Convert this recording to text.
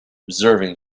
observing